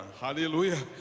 Hallelujah